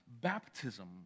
baptism